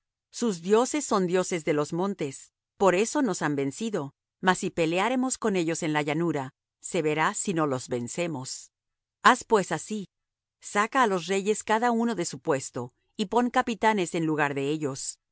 sus dioses son dioses de los montes por eso nos han vencido mas si peleáremos con ellos en la llanura se verá si no los vencemos haz pues así saca á los reyes cada uno de su puesto y pon capitanes en lugar de ellos